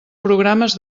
programes